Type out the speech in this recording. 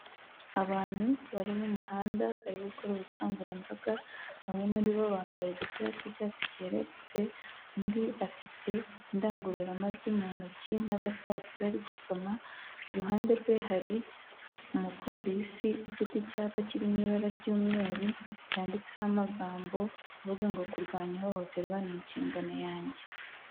Abantu bari mu muhanda barimo gukora ubukangurambaga bamwe muri bo bambaye udupira tw'icyatsi cyererutse, undi afite indangururamajwi mu ntoki n'agapapuro ari gusoma, iruhande rwe hari umupolisi ufite icyapa kiririmo ibara ry'umweru cyanditseho amagambo avuga ngo kurwanya ihohoterwa ni inshingano yanjye.